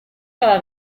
cada